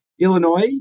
Illinois